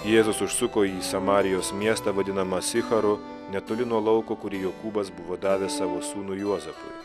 jėzus užsuko į samarijos miestą vadinamą sicharu netoli nuo lauko kurį jokūbas buvo davęs savo sūnui juozapui